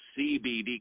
CBD